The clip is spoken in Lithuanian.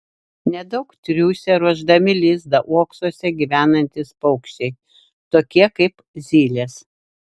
nedaug triūsia ruošdami lizdą uoksuose gyvenantys paukščiai tokie kaip zylės